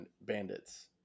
Bandits